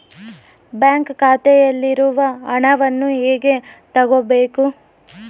Bank ಖಾತೆಯಲ್ಲಿರುವ ಹಣವನ್ನು ಹೇಗೆ ತಗೋಬೇಕು?